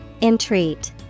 Entreat